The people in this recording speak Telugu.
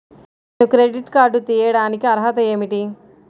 నేను క్రెడిట్ కార్డు తీయడానికి అర్హత ఏమిటి?